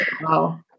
Wow